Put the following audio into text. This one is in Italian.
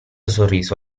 sorriso